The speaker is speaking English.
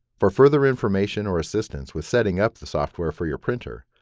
for further information or assistance with setting up the software for your printer,